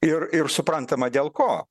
ir ir suprantama dėl ko